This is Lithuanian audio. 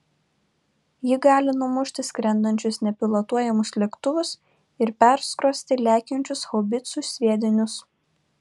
ji gali numušti skrendančius nepilotuojamus lėktuvus ir perskrosti lekiančius haubicų sviedinius